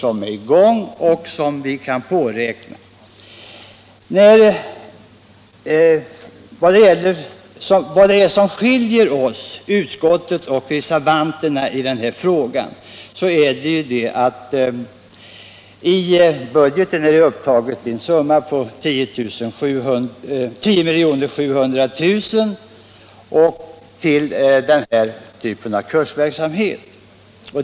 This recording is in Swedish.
Jag vill peka på vad som i detta sammanhang skiljer utskottsmajoriteten och reservanterna åt. I budgeten är upptagen en summa av 10 700 000 kr. till den aktuella typen av kursverksamhet.